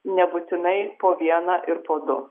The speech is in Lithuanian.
nebūtinai po vieną ir po du